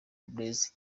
blaise